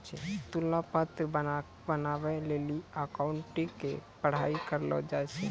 तुलना पत्र बनाबै लेली अकाउंटिंग के पढ़ाई करलो जाय छै